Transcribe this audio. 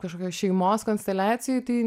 kažkokios šeimos konsteliacijoj tai